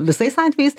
visais atvejais